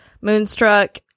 Moonstruck